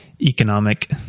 economic